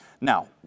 Now